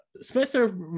Spencer